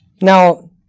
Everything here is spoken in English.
Now